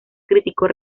críticos